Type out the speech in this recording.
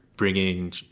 Bringing